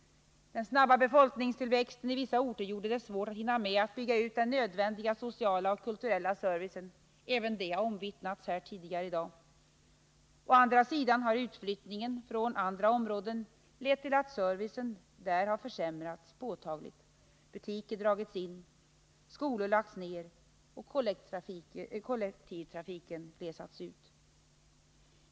Den snabba befolkningstillväxten i vissa orter gjorde det svårt att hinna med att bygga ut den nödvändiga sociala och kulturella servicen — även det har omvittnats tidigare här i dag. Å andra sidan har utflyttningen från andra områden lett till att servicen där försämrats påtagligt. Butiker har dragits in, skolor lagts ned och kollektivtrafiken glesats ut.